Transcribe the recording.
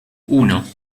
uno